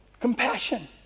Compassion